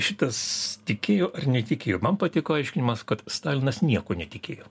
šitas tikėjo ar netikėjo ir man patiko aiškinimas kad stalinas niekuo netikėjo